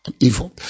evil